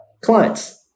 clients